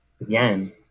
again